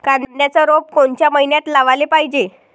कांद्याचं रोप कोनच्या मइन्यात लावाले पायजे?